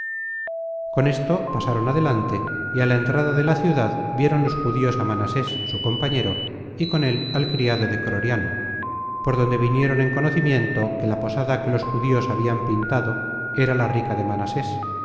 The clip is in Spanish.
con esto pasaron adelante y á la entrada de la ciudad vieron los judíos á manasés su compañero y con él al criado de croriano por donde vinieron en conocimiento que la posada que los judíos habian pintado era la rica de manasés y